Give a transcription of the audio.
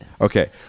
Okay